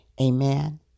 Amen